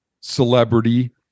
celebrity